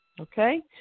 okay